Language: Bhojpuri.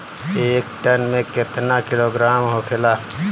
एक टन मे केतना किलोग्राम होखेला?